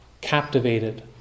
Captivated